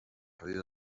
guarde